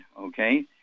okay